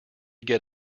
get